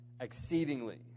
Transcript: exceedingly